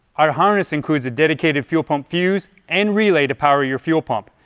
our harness includes a dedicated fuel pump fuse and relays to power your fuel pump.